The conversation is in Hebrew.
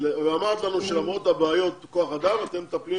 ואמרת לנו שלמרות הבעיות בכוח-אדם אתם מטפלים